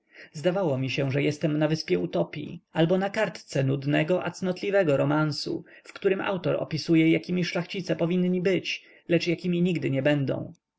zdawało mi się że jestem na wyspie utopii albo na kartce nudnego a cnotliwego romansu w którym autor opisuje jakimi szlachcice być powinni lecz jakimi nigdy nie będą